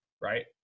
Right